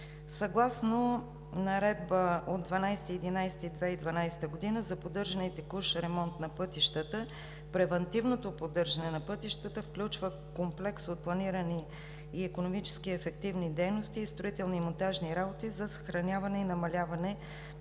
Съгласно Наредба от 12 ноември 2012 г. за поддържане и текущ ремонт на пътищата превантивното поддържане на пътищата включва комплекс от планирани и икономически ефективни дейности и строителни и монтажни работи за съхраняване и намаляване на ефекта